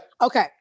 Okay